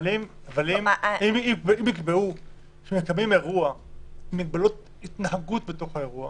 אם יקבעו שמקיימים אירוע במגבלות התנהגות באירוע